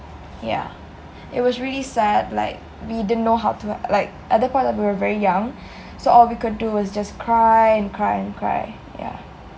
yah it was really sad like we didn't know how to like at that point we were very young so all we could do was just cry and cry and cry yah